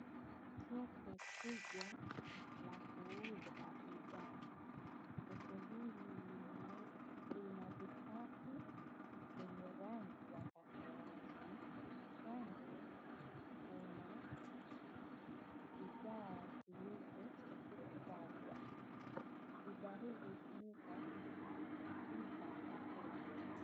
Soko kubwa la kuuza bidhaa. Soko hili lina vikapu vyenye rangi ya kahawani, kando kuna bidhaa zilizosagwa. Bidhaa hizi hutumika kupika chakula.